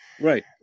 Right